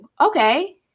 Okay